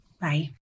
Bye